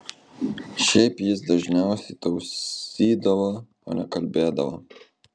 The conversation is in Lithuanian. šiaip jis dažniausiai tauzydavo o ne kalbėdavo